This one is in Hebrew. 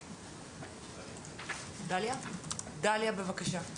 דליה, בבקשה.